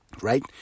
Right